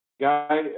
Guy